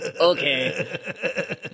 okay